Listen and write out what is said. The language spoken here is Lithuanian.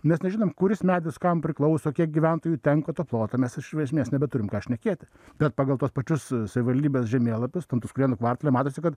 mes nežinom kuris medis kam priklauso kiek gyventojų tenka to ploto mes iš esmės nebeturim ką šnekėti bet pagal tuos pačius savivaldybės žemėlapius ten tuskulėnų kvartale matosi kad